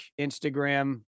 instagram